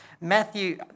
Matthew